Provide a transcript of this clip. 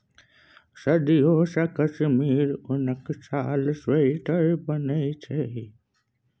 सदियों सँ कश्मीरी उनक साल, स्वेटर बनै छै